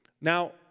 Now